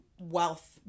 wealth